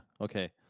Okay